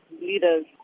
leaders